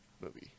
movie